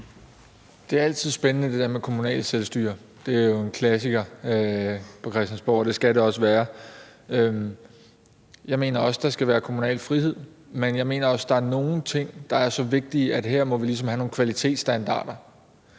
er altid spændende. Det er jo en klassiker på Christiansborg, og det skal det også være. Jeg mener også, at der skal være kommunal frihed, men jeg mener, at der er nogle ting, der er så vigtige, at vi her ligesom må have nogle kvalitetsstandarder.